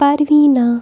Parveena